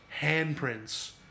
handprints